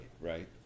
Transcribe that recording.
right